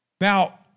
Now